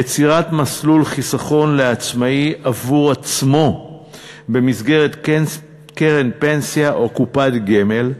יצירת מסלול חיסכון לעצמאי עבור עצמו במסגרת קרן פנסיה או קופת גמל,